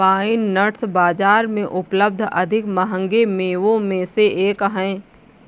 pine nuts बाजार में उपलब्ध अधिक महंगे मेवों में से एक हैं